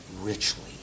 richly